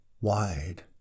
wide